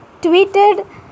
tweeted